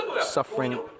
suffering